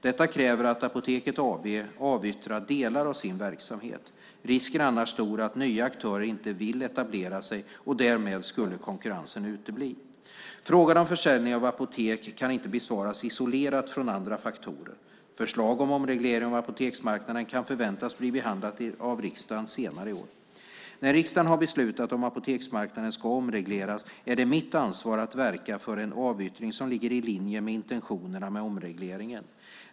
Detta kräver att Apoteket AB avyttrar delar av sin verksamhet. Risken är annars stor att nya aktörer inte vill etablera sig, och därmed skulle konkurrensen utebli. Frågan om försäljning av apotek kan inte besvaras isolerat från andra faktorer. Förslag om omreglering av apoteksmarknaden kan förväntas bli behandlat av riksdagen senare i år. När riksdagen har beslutat om apoteksmarknaden ska omregleras är det mitt ansvar att verka för en avyttring som ligger i linje med intentionerna med omregleringen.